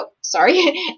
sorry